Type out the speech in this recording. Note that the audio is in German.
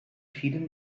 vielen